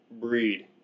breed